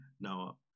Now